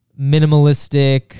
minimalistic